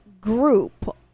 group